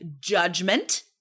Judgment